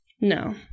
No